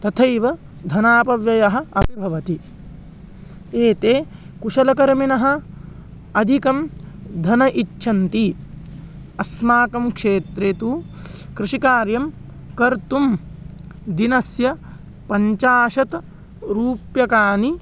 तथैव धनापव्ययः अपि भवति एते कुशलकर्मिणः अधिकं धनम् इच्छन्ति अस्माकं क्षेत्रे तु कृषिकार्यं कर्तुं दिनस्य पञ्चाशत् रूप्यकाणि